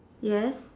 yes